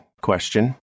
Question